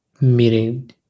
meeting